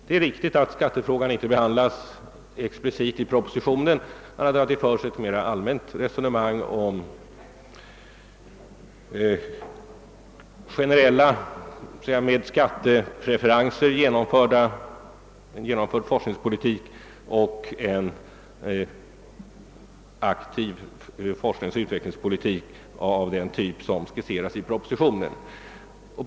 Det är riktigt att denna fråga inte behandlats explicite i propositionen utan att där förs ett mer allmänt resonemang om en generell, med skattepreferenser genomförd foskningspolitik jämfört med en aktiv forskningsoch utvecklingspolitik av den typ propositionen skisserar.